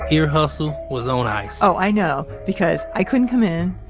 ear hustle was on ice oh, i know because i couldn't come in.